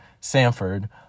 Sanford